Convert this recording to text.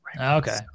Okay